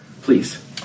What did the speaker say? Please